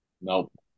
Nope